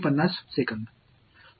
மாணவர்